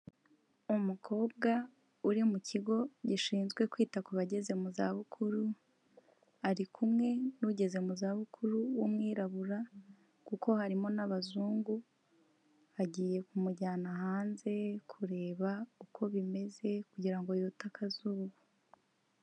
Umukobwa uri mu kigo gishinzwe kwita ku bageze mu zabukuru, ari kumwe n'ugeze mu zabukuru w'umwirabura kuko harimo n'abazungu, agiye kumujyana hanze kureba uko bimeze kugira ngo yote akazuba.